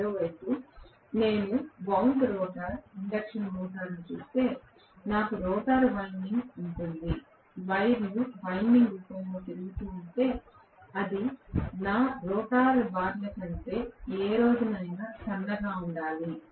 మరోవైపు నేను గాయం రోటర్ ఇండక్షన్ మోటారును చూస్తే నాకు రోటర్ వైండింగ్ ఉంటుంది వైర్లు వైండింగ్ రూపంలో తిరుగుతూ ఉంటే అది నా రోటర్ బార్ల కంటే ఏ రోజునైనా సన్నగా ఉండాలి